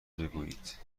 بگویید